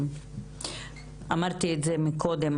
אמרתי את זה קודם,